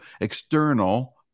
external